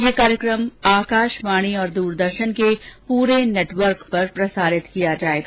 ये कार्यक्रम आकाशवाणी और दूरदर्शन के पूरे नेटवर्क पर प्रसारित किया जाएगा